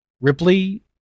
Ripley